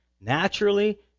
naturally